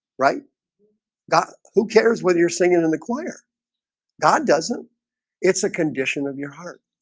right god who cares whether you're singing in the choir god doesn't it's a condition of your heart